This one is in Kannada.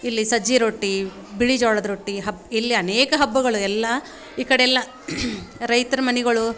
ಇಲ್ಲಿ ಸಜ್ಜಿ ರೊಟ್ಟಿ ಬಿಳಿ ಜೋಳದ ರೊಟ್ಟಿ ಹಬ್ ಇಲ್ಲಿ ಅನೇಕ ಹಬ್ಬಗಳು ಎಲ್ಲ ಈ ಕಡೆ ಎಲ್ಲ ರೈತ್ರ ಮನೆಗಳು